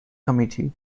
committee